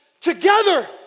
together